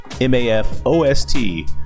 M-A-F-O-S-T